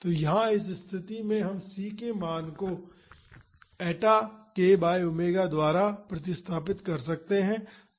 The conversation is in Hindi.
तो यहाँ इस स्तिथि में हम c के मान को eta k बाई ओमेगा द्वारा प्रतिस्थापित कर सकते हैं